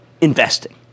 investing